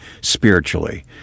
spiritually